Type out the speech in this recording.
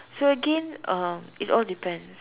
so again it uh it all depends